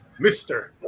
Mr